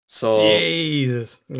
Jesus